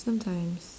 sometimes